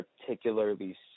particularly